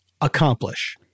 accomplish